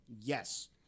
Yes